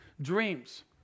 dreams